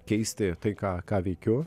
keisti tai ką ką veikiu